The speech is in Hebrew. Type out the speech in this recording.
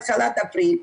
התחלת אפריל.